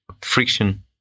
friction